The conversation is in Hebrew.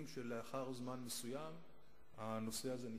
2. גם בעבר,